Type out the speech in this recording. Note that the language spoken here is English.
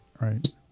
right